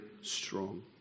strong